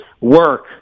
work